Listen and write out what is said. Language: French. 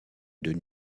deux